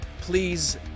Please